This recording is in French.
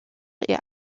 est